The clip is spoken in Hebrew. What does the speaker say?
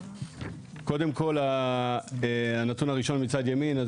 קודם כל הנתון הראשון מצד ימין,